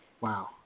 Wow